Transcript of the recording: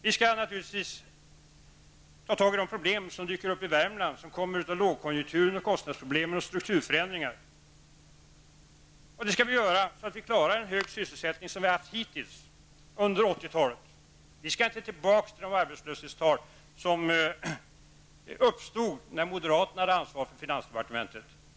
Vi skall naturligtvis ta tag i de problem som dyker upp i Värmland som kommer av lågkonjunktur, kostnadsproblem och strukturförändringar, och det skall vi göra så att vi klarar en hög sysselsättning, som vi har haft hittills under 80-talet. Vi skall inte tillbaka till de arbetslöshetstal som uppstod när moderaterna hade ansvar för finansdepartementet.